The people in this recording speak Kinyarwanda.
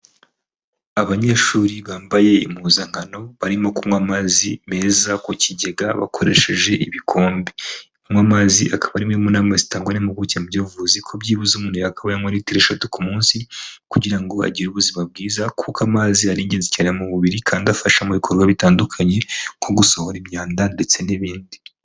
Abanyeshuri bambaye impuzankano barimo kunywa amazi meza ku kigega bakoresheje ibikombe kunywa amazi akaba arimwe mu nama zitangwa n'impuguke mu byubuvuzi ko byibuze umuntu yakabaye anywa litiri eshatu ku munsi kugira ngo agire ubuzima bwiza kuko amazi ari ingenzi cyane mu mubiri kandi afasha mu bikorwa bitandukanye nko gusohora imyanda ndetse n'ibindi.